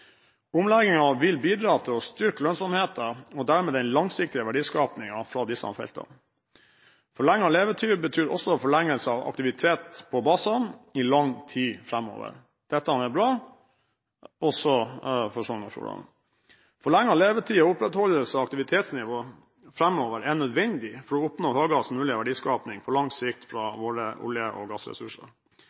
vil bidra til å styrke lønnsomheten og dermed den langsiktige verdiskapingen fra disse feltene. Forlenget levetid betyr også forlengelse av aktivitet på basen i lang tid framover. Dette er bra, også for Sogn og Fjordane. Forlenget levetid og opprettholdelse av aktivitetsnivået framover er nødvendig for å oppnå høyest mulig verdiskaping på lang sikt fra våre olje- og gassressurser.